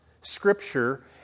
Scripture